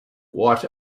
what